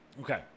Okay